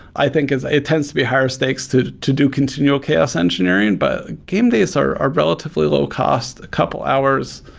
i think, it tends to be higher stakes to to do continual chaos engineering, but game days are are relatively low cost a couple hours,